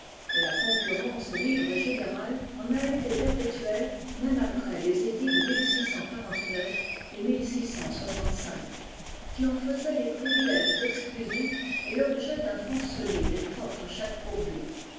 et la concurrence libre et générale en a été perpétuelle même après les édits de et qui en faisaient les privilèges exclusifs et l'objet d'un fonds solide et propre à chaque pourvu